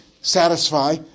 satisfy